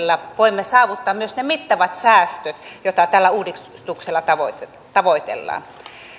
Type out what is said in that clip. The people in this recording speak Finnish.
puolien huomioimisella voimme saavuttaa myös ne mittavat säästöt joita tällä uudistuksella tavoitellaan